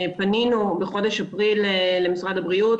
פנינו בחודש אפריל למשרד הבריאות,